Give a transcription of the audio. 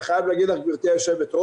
אני חייב להגיד לך, גבירתי היושבת-ראש,